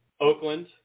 Oakland